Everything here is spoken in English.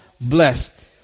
blessed